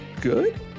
good